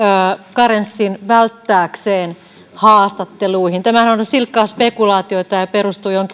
karenssin välttääkseen haastatteluihin tämähän on on silkkaa spekulaatiota ja perustuu